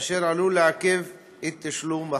אשר עלול לעכב את תשלום החוב,